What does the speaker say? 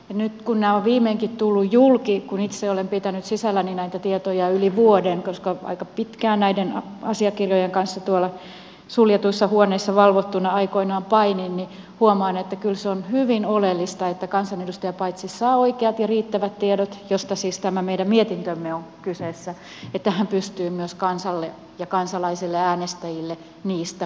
nyt kun nämä ovat viimeinkin tulleet julki ja kun itse olen pitänyt sisälläni näitä tietoja yli vuoden koska aika pitkään näiden asiakirjojen kanssa tuolla suljetuissa huoneissa valvottuna aikoinaan painin niin huomaan että kyllä se on hyvin oleellista että kansanedustaja paitsi saa oikeat ja riittävät tiedot mistä siis tässä meidän mietinnössämme on kyse jotta hän myös pystyy kansalle ja kansalaisille äänestäjille niistä puhumaan